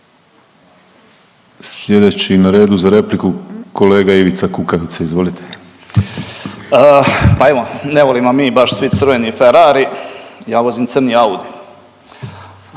Slijedeći na redu za repliku kolega Ivica Kukavica. Izvolite. **Kukavica, Ivica (DP)** Pa ajmo ne volimo mi baš svi crveni Ferrari, ja vozim crni Audi,